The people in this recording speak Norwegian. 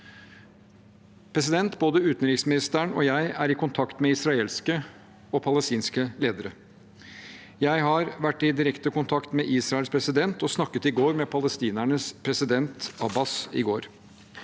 opprettholdes. Både utenriksministeren og jeg er i kontakt med israelske og palestinske ledere. Jeg har vært i direkte kontakt med Israels president og snakket i går med palestinernes president Abbas.